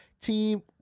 team